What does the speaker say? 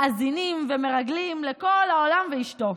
מאזינים ומרגלים לכל העולם ואשתו,